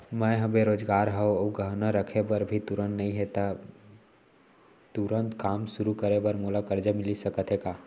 मैं ह बेरोजगार हव अऊ गहना रखे बर भी तुरंत नई हे ता तुरंत काम शुरू करे बर मोला करजा मिलिस सकत हे का?